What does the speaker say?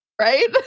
right